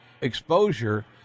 exposure